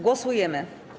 Głosujemy.